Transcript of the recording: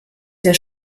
der